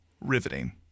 Riveting